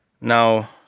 now